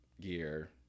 gear